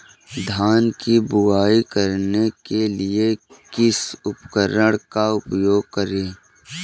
धान की बुवाई करने के लिए किस उपकरण का उपयोग करें?